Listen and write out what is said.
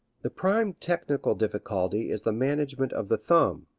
the prime technical difficulty is the management of the thumb.